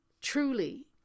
truly